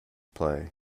play